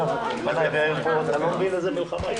שמונה אנשים שתמכו בהצעת החוק,